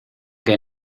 que